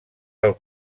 del